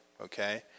Okay